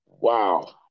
Wow